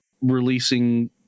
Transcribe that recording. releasing